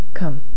Come